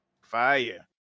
Fire